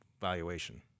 valuation